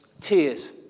tears